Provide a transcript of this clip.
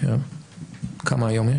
היום יש